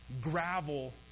gravel